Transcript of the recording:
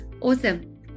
Awesome